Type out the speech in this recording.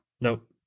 nope